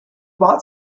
bought